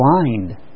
blind